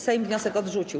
Sejm wniosek odrzucił.